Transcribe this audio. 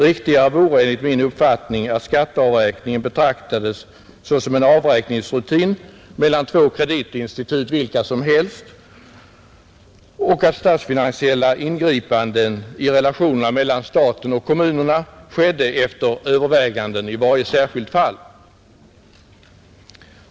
Riktigare vore enligt min uppfattning att skatteavräkningen betraktades såsom en avräkningsrutin mellan två kreditinstitut vilka som helst och att statsfinansiella ingripanden i relationerna mellan staten och kommunerna skedde efter överväganden i varje särskilt fall.